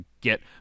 get